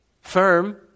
Firm